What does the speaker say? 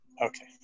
Okay